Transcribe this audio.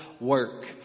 work